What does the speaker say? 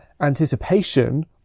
anticipation